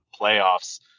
playoffs